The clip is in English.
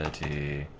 and t